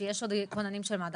שיש עוד כוננים של מד"א.